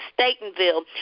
Statenville